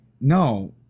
no